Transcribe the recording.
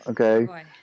okay